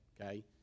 okay